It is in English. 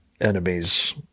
enemies